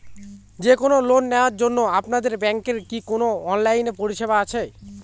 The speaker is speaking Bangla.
যে কোন লোন নেওয়ার জন্য আপনাদের ব্যাঙ্কের কি কোন অনলাইনে পরিষেবা আছে?